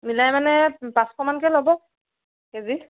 মিলাই মানে পাঁচশ মানকৈ ল'ব কেজি